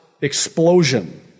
explosion